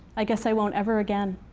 i guess i won't ever again.